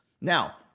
now